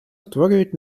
створюють